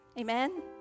Amen